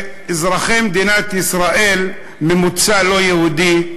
שאזרחי מדינת ישראל ממוצא לא-יהודי,